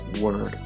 word